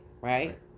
right